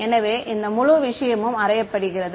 எனவே இந்த முழு விஷயமும் அறியப்படுகிறது